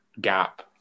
gap